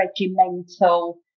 regimental